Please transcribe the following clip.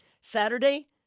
Saturday